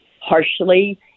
harshly